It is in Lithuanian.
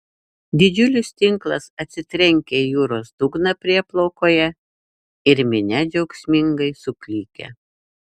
didžiulis tinklas atsitrenkia į jūros dugną prieplaukoje ir minia džiaugsmingai suklykia